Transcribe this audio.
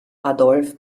adolphe